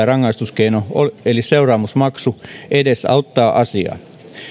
rangaistuskeino eli seuraamusmaksu edesauttaa asiaa